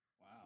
Wow